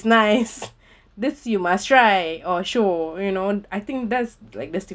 nice this you must try orh sure you know I think that's like the sim~